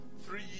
three